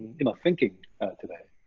you know, thinking today.